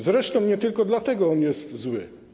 Zresztą nie tylko dlatego on jest zły.